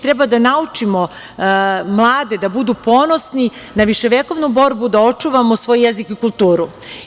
Treba da naučimo mlade da budu ponosni na viševekovnu borbu da očuvamo svoj jezik i kulturu.